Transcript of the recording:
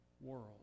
world